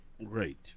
Right